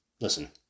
Listen